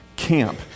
camp